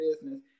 business